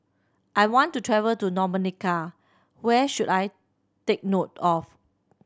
I want to travel to Dominica where should I take note of